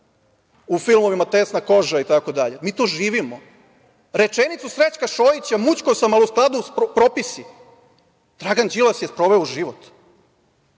u filmovima „Tesna koža“ itd. Mi to živimo. Rečenicu Srećka Šojića – Mućkao sam, al u skladu s propisi, Dragan Đilas je sproveo u život.